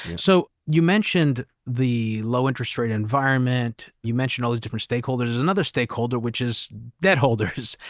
so you mentioned the low interest rate environment. you mentioned all these different stakeholders. there's another stakeholder, which is debt holders.